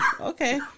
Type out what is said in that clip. Okay